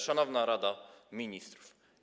Szanowna Rado Ministrów!